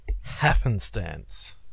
happenstance